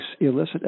illicit